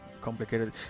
complicated